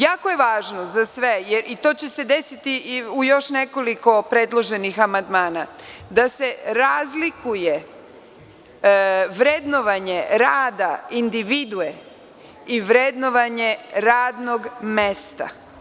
Jako je važno za sve, i to će se desiti u još nekoliko predloženih amandmana, da se razlikuje vrednovanje rada individue i vrednovanje radnog mesta.